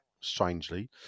strangely